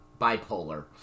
bipolar